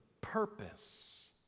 purpose